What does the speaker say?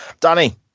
Danny